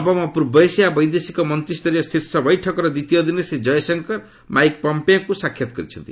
ନବମ ପୂର୍ବ ଏସିଆ ବୈଦେଶିକ ମନ୍ତ୍ରୀୟ ଶୀର୍ଷ ବୈଠକର ଦ୍ୱିତୀୟ ଦିନରେ ଶ୍ରୀ ଜୟଶଙ୍କର ମାଇକ୍ ପମ୍ପିଓଙ୍କୁ ସାକ୍ଷାତ୍ କରିଛନ୍ତି